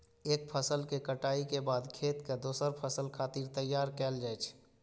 एक फसल के कटाइ के बाद खेत कें दोसर फसल खातिर तैयार कैल जाइ छै